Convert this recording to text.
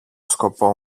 σκοπό